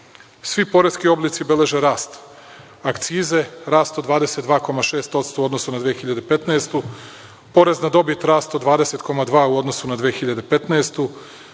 svi poreski oblici beleže rast - akcize rast od 22,6% u odnosu na 2015. godinu, porez na dobit rast od 20,2 u odnosu na 2015.